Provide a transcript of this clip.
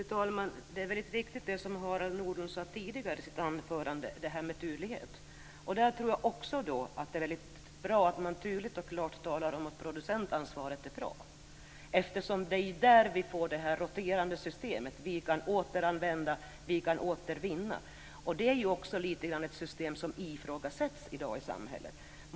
Fru talman! Det som Harald Nordlund sade om tydlighet tidigare i sitt anförande är väldigt viktigt. Man måste mycket tydligt och klart tala om att producentansvaret är bra, eftersom det innebär ett roterande system med återanvändande och återvinning. Det är ju ett system som till viss del ifrågasätts i dag i samhället.